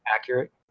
accurate